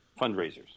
fundraisers